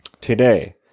today